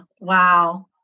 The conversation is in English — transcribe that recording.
Wow